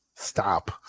Stop